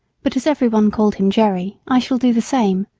but as every one called him jerry, i shall do the same.